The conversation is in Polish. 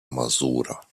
mazura